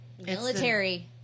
military